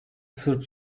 sırp